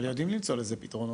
אבל יודעים למצוא לזה פתרונות,